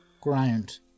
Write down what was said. ground